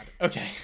Okay